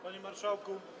Panie Marszałku!